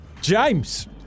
James